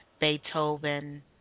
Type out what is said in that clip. Beethoven